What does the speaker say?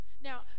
Now